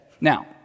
Now